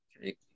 Okay